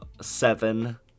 seven